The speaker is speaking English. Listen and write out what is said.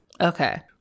okay